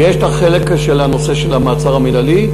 ויש החלק של נושא המעצר המינהלי,